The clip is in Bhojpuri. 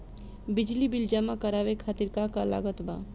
बिजली बिल जमा करावे खातिर का का लागत बा?